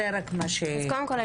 קודם כול,